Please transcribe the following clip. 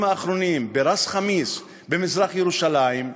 האחרונים בראס חמיס במזרח ירושלים?